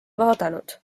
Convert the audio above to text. vaadanud